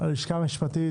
ללשכה המשפטית,